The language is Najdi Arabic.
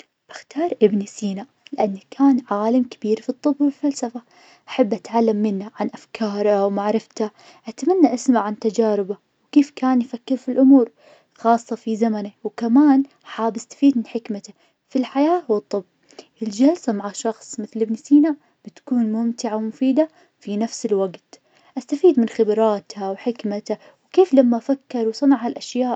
بختار ابن سينا, لانه كان عالم كبير في الطب والفلسفة, احب أتعلم منه, عن أفكاره ومعرفته, أتمنى أسمع عن تجاربخه, كيف كان يفكر في الأمور, خاصة في زمنه, وكمان حاب استفيد من حكمته في الحياة والطب, الجلسة مع شخص مثل ابن سينا, بتكون ممتعة ومفيدة في نفس الوقت, استفيد من خبراتها وحكمته, كيف لما فكر وصنع هالأشياء.